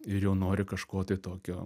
ir jau nori kažko tai tokio